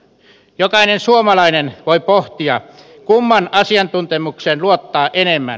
jokainen suomalainen voi pohtia kumman asiantuntemukseen luottaa enemmän